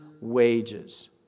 wages